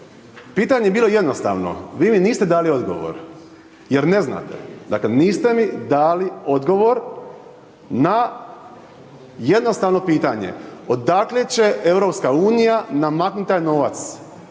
pitanje je bilo jednostavno, vi mi niste dali odgovor jer ne znate. Dakle, niste mi dali odgovor na jednostavno pitanje. Odakle će EU namaknut taj novac?